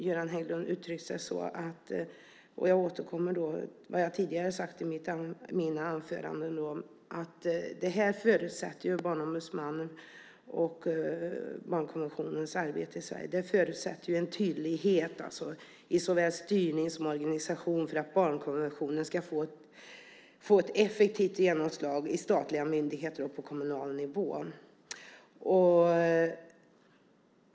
Göran Hägglund uttrycker - jag återkommer då till vad jag tidigare har sagt i mina anföranden - när det gäller Barnombudsmannen och barnkonventionens arbete i Sverige att det förutsätter en tydlighet i såväl styrning som organisation för att barnkonventionen ska få ett effektivt genomslag i statliga myndigheter och på kommunal nivå.